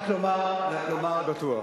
רק לומר, בטוח.